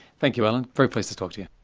thank you, alan, very pleased to talk to you.